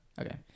okay